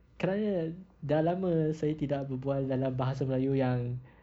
kerana dah lama saya tidak berbual dalam bahasa melayu yang